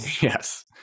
Yes